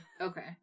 Okay